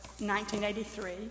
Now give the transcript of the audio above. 1983